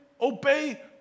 obey